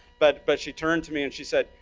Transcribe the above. but but she turned to me and she said,